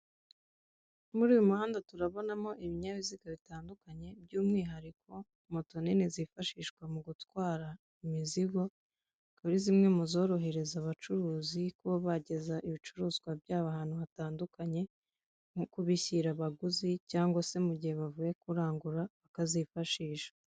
Muri uyu muhanda turabonamo ibinyabiziga bitandukanye, by'umwihariko moto nini zifashishwa mu gutwara imizigo, kuri zimwe mu zorohereza abacuruzi kuba bageza ibicuruzwa byabo ahantu hatandukanye, mu kubishyira abaguzi, cyangwa se mu gihe bavuye kurangura bakazifashisha.